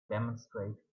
demonstrate